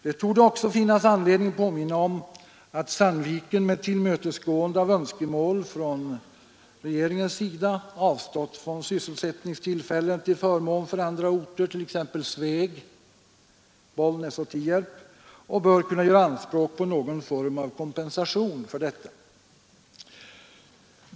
Det torde också finnas anledning påminna om att Sandviken med tillmötesgående av önskemål från regeringens sida avstått från sysselsättningstillfällen till förmån för andra orter, t.ex. Sveg, Bollnäs och Tierp, och bör kunna göra anspråk på någon form av kompensation för detta.